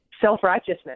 self-righteousness